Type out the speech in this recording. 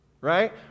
Right